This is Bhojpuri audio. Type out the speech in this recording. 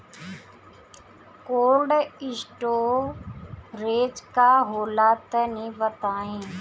कोल्ड स्टोरेज का होला तनि बताई?